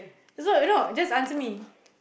so you know just answer me